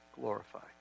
glorified